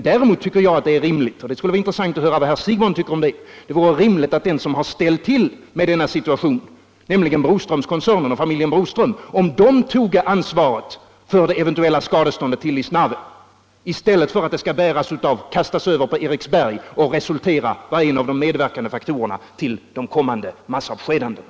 Däremot tycker jag att det är rimligt — och det skulle vara intressant att höra vad herr Siegbahn tycker om det — att den som har ställt till denna situation, nämligen Broströmkoncernen och familjen Broström, tog ansvaret för det eventuella skadeståndet till Lisnave i stället för att det skall kastas över på Eriksberg och vara en av de medverkande faktorerna till de kommande massavskedandena.